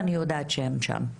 ואני יודעת שהם שם,